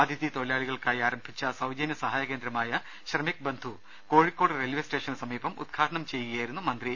അതിഥി തൊഴിലാളികൾക്കായി ആരംഭിച്ച സൌജന്യസഹായ കേന്ദ്രമായ ശ്രമിക് ബന്ധു കോഴിക്കോട് റെയിൽവേ സ്റ്റേഷന് സമീപം ഉദ്ഘാടനം ചെയ്യുകയായിരുന്നു മന്ത്രി